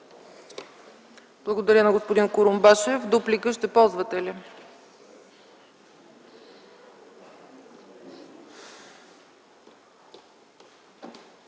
Благодаря на господин Курумбашев. Ще ползвате ли